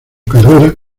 carrera